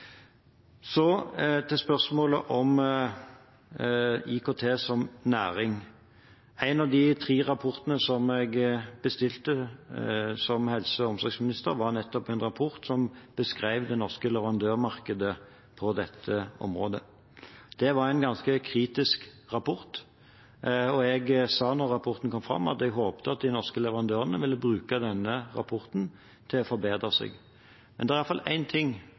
Til spørsmålet om IKT som næring. En av de tre rapportene som jeg bestilte som helse- og omsorgsminister, var nettopp en rapport som beskrev det norske leverandørmarkedet på dette området. Det var en ganske kritisk rapport, og jeg sa da rapporten kom, at jeg håpet at de norske leverandørene ville bruke denne rapporten til å forbedre seg. Men det er iallfall én ting